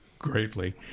Greatly